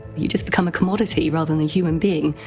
you just become a commodity, rather than a human being,